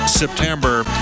september